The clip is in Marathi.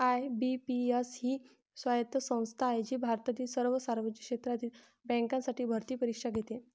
आय.बी.पी.एस ही स्वायत्त संस्था आहे जी भारतातील सर्व सार्वजनिक क्षेत्रातील बँकांसाठी भरती परीक्षा घेते